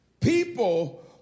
People